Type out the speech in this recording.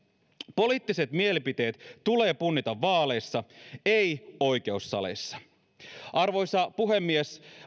poliittiset mielipiteet tulee punnita vaaleissa ei oikeussaleissa arvoisa puhemies